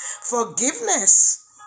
Forgiveness